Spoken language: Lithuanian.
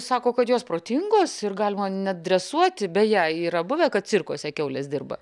sako kad jos protingos ir galima net dresuoti beje yra buvę kad cirkuose kiaulės dirba